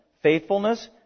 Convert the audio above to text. faithfulness